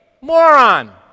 moron